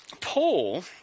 Paul